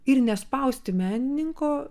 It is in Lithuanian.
ir nespausti menininko